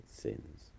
sins